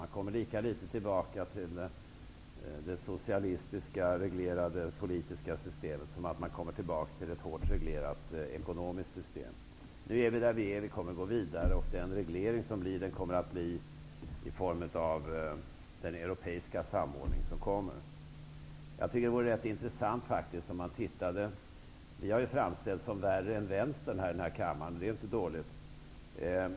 Man kommer lika litet tillbaka till det reglerade, socialistiska politiska systemet som man kommer tillbaka till ett hårt reglerat ekonomiskt system. Nu är vi där vi är. Vi kommer att gå vidare, och den reglering som kommer att införas kommer att ske i form av den europeiska samordning som kommer. Vi har ju framställts som värre än Vänstern här i kammaren -- det är inte dåligt.